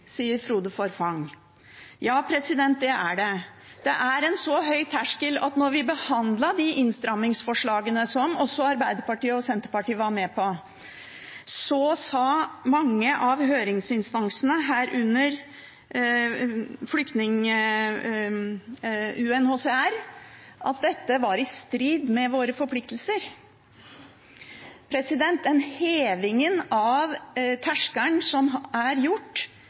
sier Frode Forfang. Ja, det er det. Det er en så høy terskel at da vi behandlet innstrammingsforslagene, som også Arbeiderpartiet og Senterpartiet var med på, sa mange av høringsinstansene, herunder UNHCR, at dette var i strid med våre forpliktelser. Den hevingen av terskelen som er gjort,